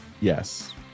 Yes